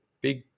big